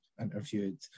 interviewed